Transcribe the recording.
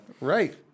right